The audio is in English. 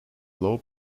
low